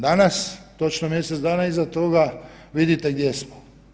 Danas, točno mjesec dana iza toga vidite gdje smo.